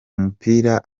mupira